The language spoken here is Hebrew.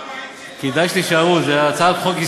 כדאי שתישארו, זו הצעת חוק היסטורית,